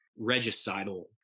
regicidal